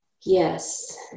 Yes